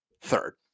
Third